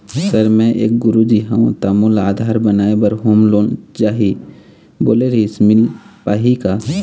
Sir मे एक गुरुजी हंव ता मोला आधार बनाए बर होम लोन चाही बोले रीहिस मील पाही का?